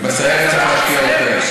ובסיירת צריך להשקיע יותר.